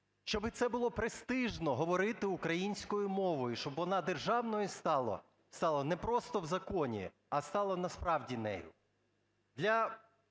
Щоб це було престижно, говорити українською мовою, щоб вона державною стала не просто в законі, а стала насправді нею.